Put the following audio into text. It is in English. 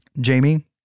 Jamie